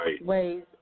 ways